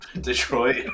Detroit